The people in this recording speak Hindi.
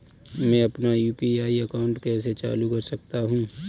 मैं अपना यू.पी.आई अकाउंट कैसे चालू कर सकता हूँ?